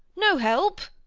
no help?